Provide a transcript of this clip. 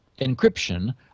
encryption